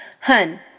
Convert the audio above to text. Hun